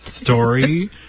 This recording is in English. story